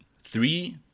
Three